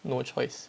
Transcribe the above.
no choice